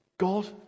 God